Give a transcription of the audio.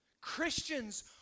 Christians